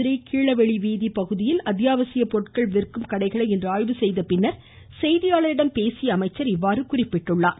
மதுரை கீழவெளிவீதி பகுதியில் அத்யாவசிய பொருட்கள் விற்கும் கடைகளை இன்று ஆய்வு செய்தபின் செய்தியாளர்களிடம் பேசிய அவர் இதனை தெரிவித்தார்